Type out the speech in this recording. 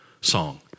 song